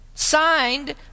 signed